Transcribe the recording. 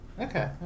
Okay